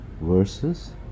verses